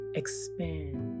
expand